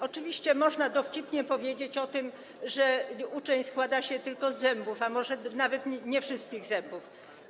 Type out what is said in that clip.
Oczywiście można dowcipnie powiedzieć o tym, że uczeń składa się tylko z zębów, a może nawet nie wszystkich zębów.